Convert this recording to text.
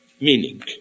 meaning